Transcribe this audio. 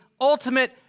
ultimate